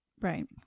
Right